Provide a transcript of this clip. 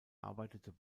arbeitete